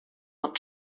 not